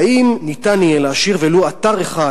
האם ניתן יהיה להשאיר ולו אתר אחד